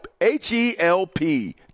H-E-L-P